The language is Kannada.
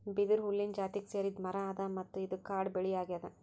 ಬಿದಿರು ಹುಲ್ಲಿನ್ ಜಾತಿಗ್ ಸೇರಿದ್ ಮರಾ ಅದಾ ಮತ್ತ್ ಇದು ಕಾಡ್ ಬೆಳಿ ಅಗ್ಯಾದ್